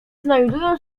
znajdują